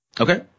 Okay